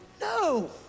No